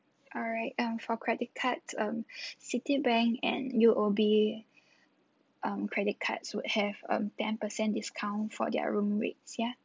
alright um for credit cards um citibank and U_O_B um credit cards would have um ten percent discount for their room rates ya